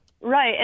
Right